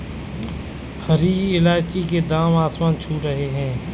हरी इलायची के दाम आसमान छू रहे हैं